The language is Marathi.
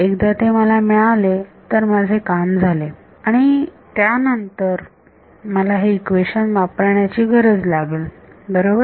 एकदा ते मला मिळाले तर माझे काम झाले आणि त्यानंतर मला हे इक्वेशन वापरण्याची गरज लागेल बरोबर